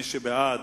מי שבעד,